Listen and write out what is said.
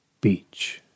Beach